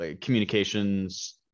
communications